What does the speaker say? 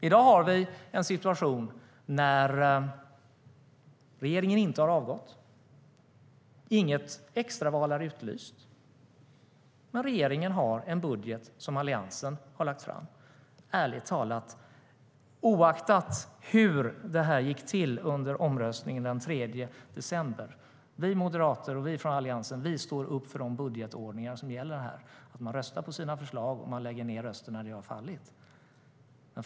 I dag har vi en situation där regeringen inte har avgått och inget extraval har utlysts, men regeringen har en budget som Alliansen har lagt fram. Ärligt talat, oaktat hur det gick till under omröstningen den 3 december står vi moderater och vi från Alliansen upp för de budgetordningar som gäller att man röstar på sina förslag och lägger ned rösten när de har fallit.